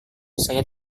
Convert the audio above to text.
saya